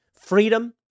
freedom